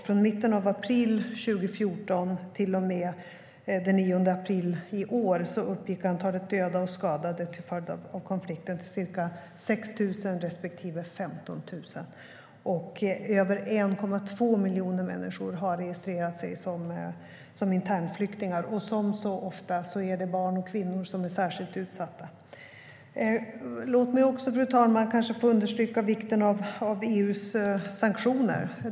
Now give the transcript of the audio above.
Från mitten av april 2014 till och med den 9 april i år uppgick antalet döda och skadade till följd av konflikten till ca 6 000 respektive 15 000. Över 1,2 miljoner människor har registrerat sig som internflyktingar. Som så ofta är det barn och kvinnor som är särskilt utsatta. Låt mig också, fru talman, få understryka vikten av EU:s sanktioner.